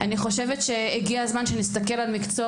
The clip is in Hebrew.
אני חושבת שהגיע הזמן שנסתכל על מקצוע